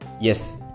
yes